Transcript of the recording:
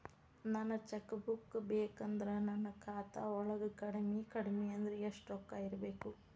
ನನಗ cheque book ಬೇಕಂದ್ರ ನನ್ನ ಖಾತಾ ವಳಗ ಕಡಮಿ ಕಡಮಿ ಅಂದ್ರ ಯೆಷ್ಟ್ ರೊಕ್ಕ ಇರ್ಬೆಕು?